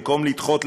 במקום לדחות,